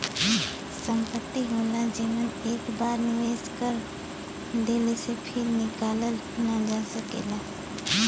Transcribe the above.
संपत्ति होला जेमन एक बार निवेस कर देले से फिर निकालल ना जा सकेला